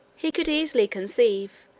he could easily conceive,